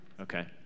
Okay